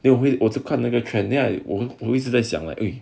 they will also 看那个 trend then I 我一直在想了 ah